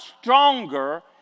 stronger